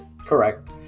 Correct